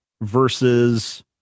versus